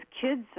kids